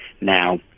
Now